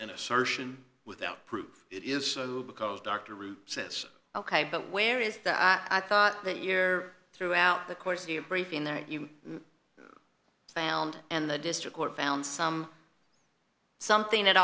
an assertion without proof it is because dr ruth says ok but where is that i thought that year throughout the course of your briefing that you found and the district court found some something at